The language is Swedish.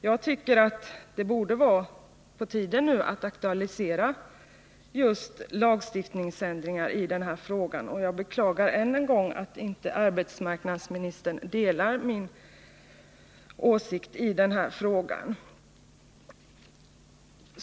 Jag tycker att det nu borde vara på tiden att aktualisera lagändringar i detta avseende. Jag beklagar än en gång att arbetsmarknadsministern inte delar min åsikt i denna fråga.